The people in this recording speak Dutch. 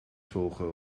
volgen